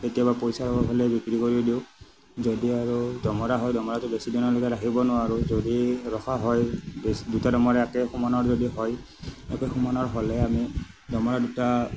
কেতিয়াবা পইচাৰ অভাৱ হ'লে বিক্ৰী কৰি দিওঁ যদি আৰু দমৰা হয় দমৰাটোক বেছি দিনলৈকে ৰাখিব নোৱাৰোঁ যদি ৰখা হয় দুটা দমৰা একে সমানৰ যদি হয় একে সমানৰ হ'লে আমি দমৰা দুটা